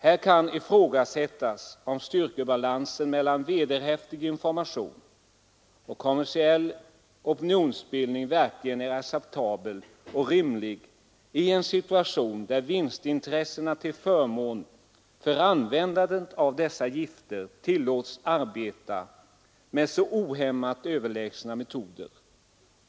Här kan ifrågasättas om styrkebalansen mellan vederhäftig information och kommersiell opinionsbildning verkligen är acceptabel och rimlig i en situation där vinstintressena till förmån för användandet av gifter tillåts arbeta med så ohämmat överlägsna metoder.